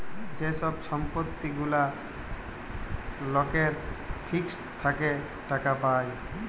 যে ছব সম্পত্তি গুলা লকের ফিক্সড থ্যাকে টাকা পায়